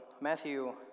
Matthew